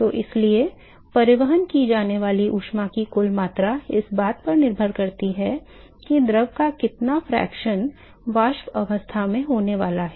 तो इसलिए परिवहन की जाने वाली ऊष्मा की कुल मात्रा इस बात पर निर्भर करती है कि इस द्रव का कितना अंश वाष्प अवस्था में होने वाला है